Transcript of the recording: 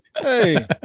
Hey